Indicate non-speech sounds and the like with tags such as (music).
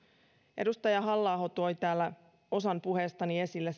edustaja halla aho toi täällä osan puheestani esille (unintelligible)